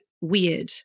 weird